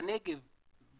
בנגב בפרט,